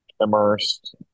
immersed